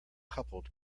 coupled